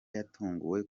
yatunguwe